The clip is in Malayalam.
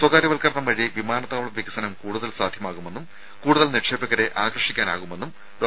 സ്വകാര്യ വൽക്കരണം വഴി വിമാനത്താവള വികസനം കൂടുതൽ സാധ്യമാകുമെന്നും കൂടുതൽ നിക്ഷേപകരെ ആകർഷിക്കാനാകുമെന്നും ഡോ